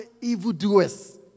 evildoers